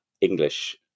English